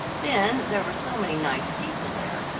then there were so many nice people there,